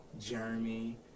Jeremy